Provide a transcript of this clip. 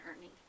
Ernie